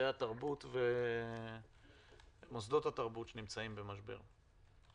נושאי התרבות ומוסדות התרבות שנמצאים במשבר.